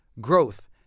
growth